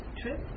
trip